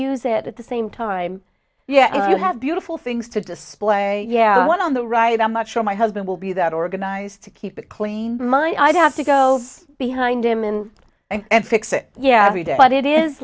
use it at the same time yeah you have beautiful things to display yeah i want on the right i'm not sure my husband will be that organized to keep it clean mine i'd have to go behind him in and fix it yeah every day but it is